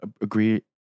agree